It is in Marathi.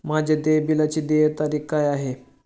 माझ्या देय बिलाची देय तारीख काय आहे?